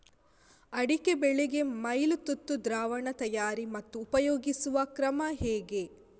ಅಡಿಕೆ ಬೆಳೆಗೆ ಮೈಲುತುತ್ತು ದ್ರಾವಣ ತಯಾರಿ ಮತ್ತು ಉಪಯೋಗಿಸುವ ಕ್ರಮ ಹೇಗೆ?